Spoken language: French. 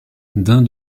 d’un